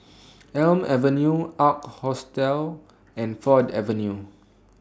Elm Avenue Ark Hostel and Ford Avenue